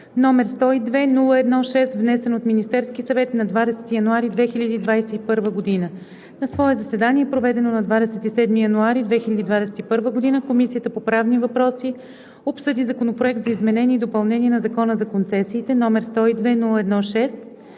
№ 102-01-6, внесен от Министерския съвет на 20 януари 2021 г. На свое заседание, проведено на 27 януари 2021 г., Комисията по правни въпроси обсъди Законопроект за изменение и допълнение на Закона за концесиите, № 102-01-6,